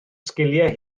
sgiliau